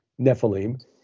Nephilim